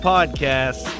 Podcast